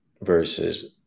versus